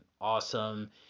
awesome